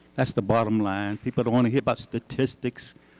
that's the bottom line. people don't want to hear about statistics.